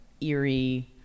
eerie